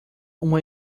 uma